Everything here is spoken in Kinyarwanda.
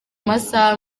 masaha